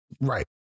Right